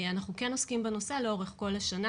אנחנו כן עוסקים בנושא לאורך כל השנה,